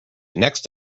next